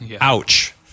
Ouch